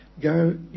Go